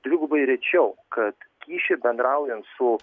dvigubai rečiau kad kyšį bendraujant su